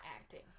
acting